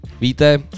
víte